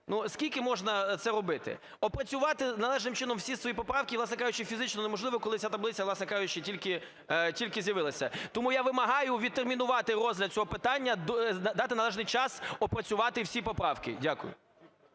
скільки можна це робити? Опрацювати належним чином всі свої поправки і, власне кажучи, фізично неможливо, коли ця таблиця, власне кажучи, тільки, тільки з'явилася. Тому я вимагаю відтермінувати розгляд цього питання, дати належний час опрацювати всі поправки. Дякую.